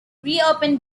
reopen